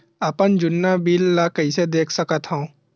अपन जुन्ना बिल ला कइसे देख सकत हाव?